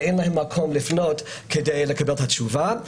לא מקבלים ואין להם לאן לפנות כדי לקבל את התשובה.